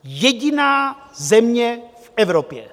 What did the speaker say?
Jediná země v Evropě.